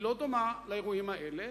היא לא דומה לאירועים האלה,